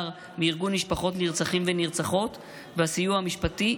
מארגון משפחות נרצחים ונרצחות והסיוע המשפטי,